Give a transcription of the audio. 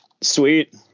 sweet